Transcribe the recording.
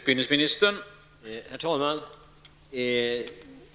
Herr talman!